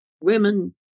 women